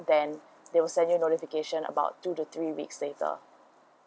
then they will send you notifications about two to three weeks later